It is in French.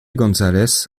gonzález